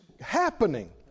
happening